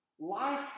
Life